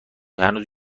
هنوز